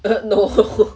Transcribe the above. I don't know